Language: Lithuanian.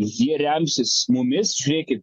jie remsis mumis žiūrėkit